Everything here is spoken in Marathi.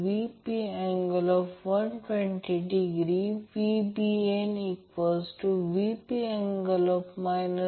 आणि सगळीकडे winding a a b b आणि c c आहे